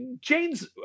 Jane's